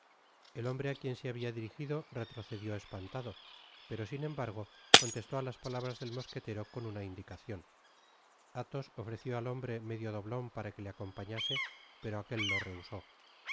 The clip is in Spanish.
ho mbre á quien se habia dirigido retrocedió espantado pero sin embargo contestó á las palabras del mosquetero con una indicacion athos ofreció al hombre medio doblon para que le acompañase pero aquel lo rehusó